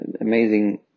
amazing